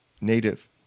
native